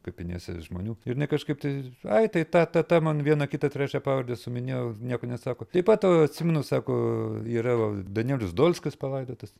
kapinėse žmonių ir jinai kažkaip tai ai tai ta ta ta man vieną kitą trečią pavardes suminėjo nieko nesako taip pat atsimenu sako yra danielius dolskis palaidotas